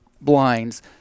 blinds